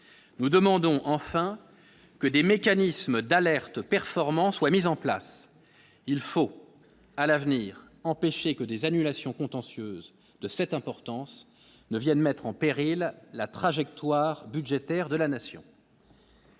nous demandons enfin que des mécanismes d'alerte performant soit mises en place, il faut à l'avenir, empêcher que des annulations contentieuses de cette importance ne Vienne mettre en péril la trajectoire budgétaire de la nation.